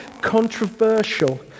controversial